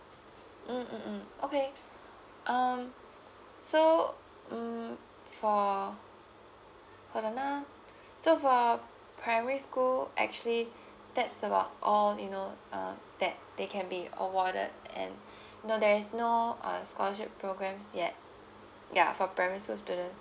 mm mm mm okay um so mm for for the now so for primary school actually that's about all you know uh that they can be awarded and no there is no uh scholarship programs yet ya for parents of students